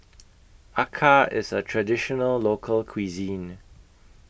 Acar IS A Traditional Local Cuisine